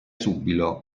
subito